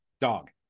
dog